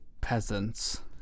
peasants